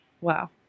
wow